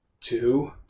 two